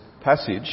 passage